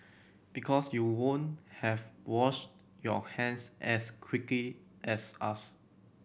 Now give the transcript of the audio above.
because you won't have washed your hands as quickly as us